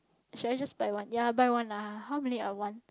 should I just buy one ya buy one lah how many I want